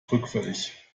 rückfällig